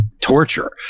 torture